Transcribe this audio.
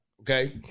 Okay